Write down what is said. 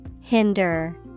Hinder